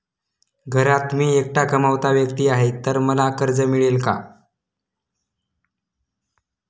घरात मी एकटाच कमावता व्यक्ती आहे तर मला कर्ज मिळेल का?